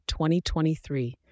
2023